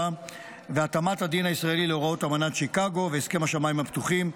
ואת התאמת הדין הישראלי להוראות אמנת שיקגו והסכם השמיים הפתוחים.